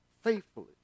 faithfully